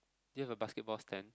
do you have a basketball stand